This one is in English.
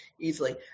easily